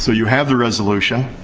so you have the resolution.